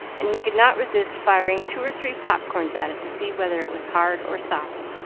and he could not resist firing two or three pop-corns at it to see whether it was hard or soft.